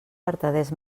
vertaders